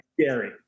scary